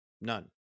none